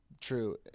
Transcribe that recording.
True